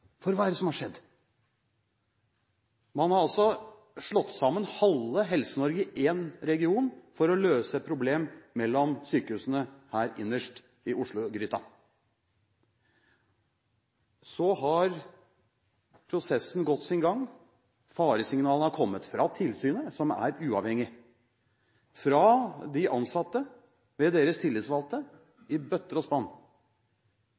For hva er det som har skjedd? Man har altså slått sammen halve Helse-Norge til én region for å løse et problem mellom sykehusene her innerst i Oslo-gryta. Så har prosessen gått sin gang. Faresignalene har kommet – fra tilsynet, som er uavhengig, og fra de ansatte ved deres tillitsvalgte – i bøtter og spann.